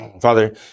Father